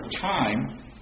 time